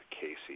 Casey